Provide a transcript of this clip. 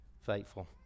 Faithful